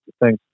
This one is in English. thanks